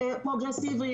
פרוגרסיבי,